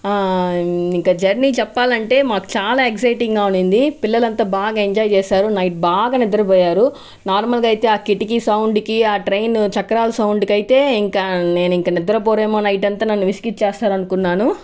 ఇంకా జర్నీ చెప్పాలంటే మాకు చాలా ఎక్సైటింగ్ గా ఉన్నింది పిల్లలు అంతా బాగా ఎంజాయ్ చేశారు నైట్ బాగా నిద్రపోయారు నార్మల్ గా అయితే ఆ కిటికీ సౌండ్ కి ఆ ట్రైన్ అంతా నన్ను విసిగిచ్చేస్తారు అనుకున్నాను